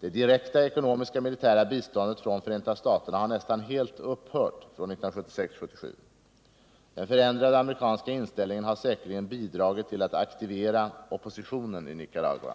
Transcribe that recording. Det direkta ekonomiska och militära biståndet från Förenta staterna har nästan helt upphört från 1976-1977. Den förändrade amerikanska inställningen har säkerligen bidragit till att aktivera oppositionen i Nicaragua.